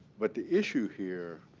but the issue here,